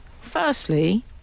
Firstly